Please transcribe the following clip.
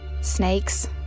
Snakes